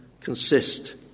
consist